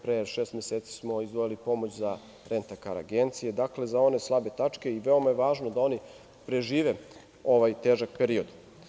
Pre šest meseci smo izvojevali pomoć za rent a kar agencije, dakle, za one slabe tačke i veoma je važno da oni prežive ovaj težak period.